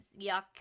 yuck